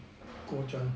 kuo chuan